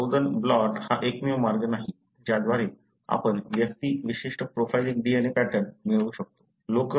परंतु southern blot हा एकमेव मार्ग नाही ज्याद्वारे आपण व्यक्ती विशिष्ट प्रोफाइलिंग DNA पॅटर्न मिळवू शकतो